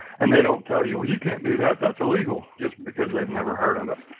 and they don't tell you you can't do that. that's illegal just because they've never heard of it.